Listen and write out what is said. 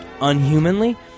unhumanly